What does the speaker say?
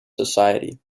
society